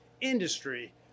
industry